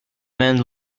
man